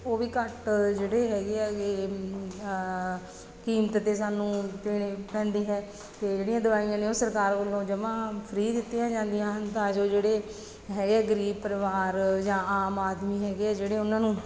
ਉਹ ਵੀ ਘੱਟ ਜਿਹੜੇ ਹੈਗੇ ਹੈਗੇ ਕੀਮਤ 'ਤੇ ਸਾਨੂੰ ਪੈਣੇ ਪੈਂਦੇ ਹੈ ਅਤੇ ਜਿਹੜੀਆਂ ਦਵਾਈਆਂ ਨੇ ਉਹ ਸਰਕਾਰ ਵੱਲੋਂ ਜਮਾਂ ਫਰੀ ਦਿੱਤੀਆਂ ਜਾਂਦੀਆਂ ਹਨ ਤਾਂ ਜੋ ਜਿਹੜੇ ਹੈਗੇ ਆ ਗਰੀਬ ਪਰਿਵਾਰ ਜਾਂ ਆਮ ਆਦਮੀ ਹੈਗੇ ਆ ਜਿਹੜੇ ਉਹਨਾਂ ਨੂੰ